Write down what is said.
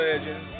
legend